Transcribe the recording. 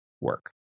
work